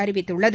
அறிவித்துள்ளது